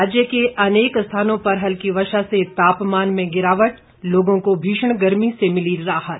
राज्य के अनेक स्थानों पर हल्की वर्षा से तापमान में गिरावट लोगों को भीषण गर्मी से मिली राहत